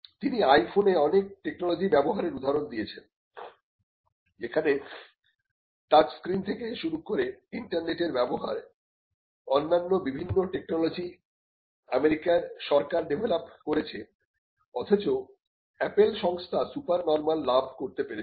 তিনি আই ফোনে অনেক টেকনোলজি ব্যবহারের উদাহরণ দিয়েছেন যেখানে টাচস্ক্রিন থেকে শুরু করে ইন্টারনেটের ব্যবহার অন্যান্য বিভিন্ন টেকনোলজি আমেরিকার সরকার ডেভেলপ করেছে অথচ অ্যাপেল সংস্থা সুপার নর্মাল লাভ করতে পেরেছিল